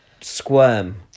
squirm